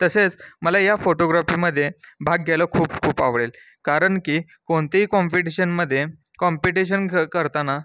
तसेच मला या फोटोग्राफीमध्ये भाग घ्यायला खूप खूप आवडेल कारण की कोणत्याही कॉम्पिटिशनमध्ये कॉम्पिटिशन ख करताना